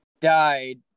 died